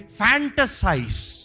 fantasize